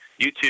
YouTube